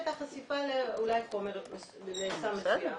אולי לסם מסוים.